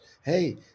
hey